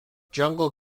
jungle